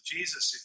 Jesus